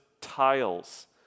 tiles